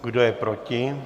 Kdo je proti?